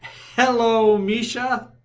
hallo, misha!